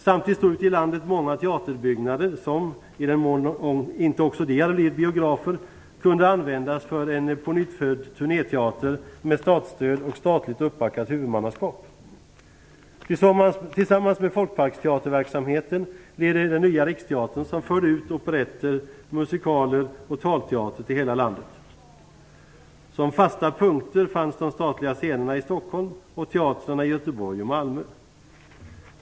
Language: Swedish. Samtidigt fanns ute i landet många teaterbyggnader, som, i den mån inte också de hade blivit biografer, kunde användas för en pånyttfödd turnéteater med statsstöd och statligt uppbackat huvudmannaskap. Tillsammans med folkparksteaterverksamheten blev det den nya Riksteatern som förde ut operetter, musikaler och talteater till hela landet. Som fasta punkter fanns de statliga scenerna i Stockholm och teatrarna i Göteborg och Malmö.